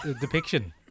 depiction